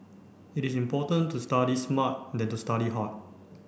it is important to study smart than to study hard